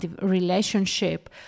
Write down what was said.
relationship